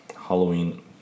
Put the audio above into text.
Halloween